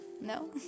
No